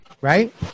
Right